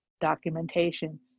documentation